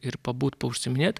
ir pabūt paužsiiminėt